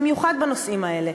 במיוחד בנושאים האלה,